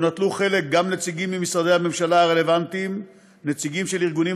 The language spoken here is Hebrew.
שנטלו בו חלק גם נציגים ממשרדי הממשלה הרלוונטיים ונציגים של ארגונים